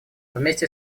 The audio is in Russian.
вместе